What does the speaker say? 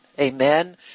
amen